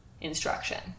instruction